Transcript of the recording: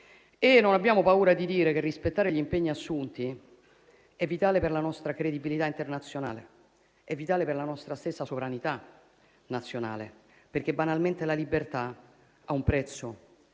non abbiamo paura di dire che rispettare gli impegni assunti è vitale per la nostra credibilità internazionale e per la nostra stessa sovranità nazionale, perché banalmente la libertà ha un prezzo